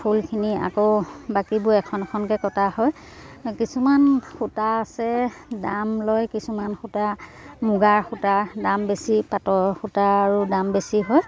ফুলখিনি আকৌ বাকীবোৰ এখন এখনকৈ কটা হয় কিছুমান সূতা আছে দাম লয় কিছুমান সূতা মুগাৰ সূতা দাম বেছি পাতৰ সূতাৰো দাম বেছি হয়